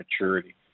maturity